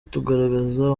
tugaragaza